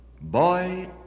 Boy